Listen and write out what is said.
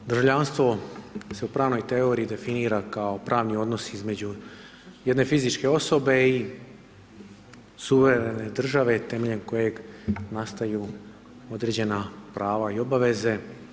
Državljanstvo se u pravnoj teoriji definira kao pravni odnos između jedne fizičke osobe i suverene države temeljem kojeg nastaju određena prava i obaveze.